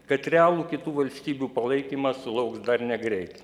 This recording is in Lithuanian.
kad realų kitų valstybių palaikymą sulauks dar negreit